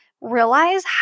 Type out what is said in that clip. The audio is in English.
realize